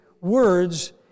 words